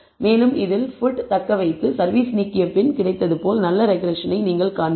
மேலும் இதில் ஃபுட் தக்கவைத்து சர்வீஸ் நீக்கிய பின் கிடைத்தது போல நல்ல ரெக்ரெஸ்ஸனை நீங்கள் காண்பீர்கள்